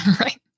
Right